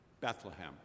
Bethlehem